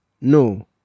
No